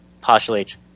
postulates